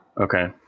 Okay